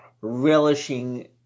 relishing